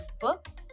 Books